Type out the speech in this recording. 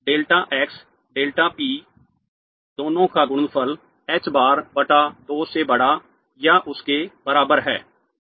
delta x delta p दोनों का गुणनफल h बार बटा 2 से बड़ा या उसके बराबर है